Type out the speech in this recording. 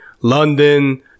London